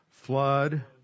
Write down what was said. Flood